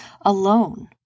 alone